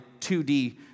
2D